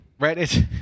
Right